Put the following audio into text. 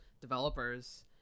developers